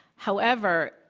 however,